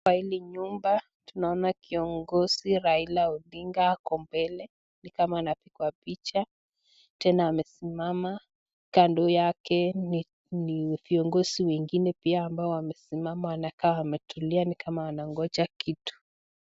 Kwa hili nyumba, tunaona kiongozi Raila Odinga ako mbele. Ni kama anapigwa picha. Tena amesimama. Kando yake ni viongozi wengine pia ambao wamesimama. Wanakaa wametulia, ni kama wanangoja kitu.